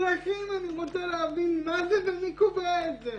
צרכים אני רוצה להבין מה זה ומי קובע את זה.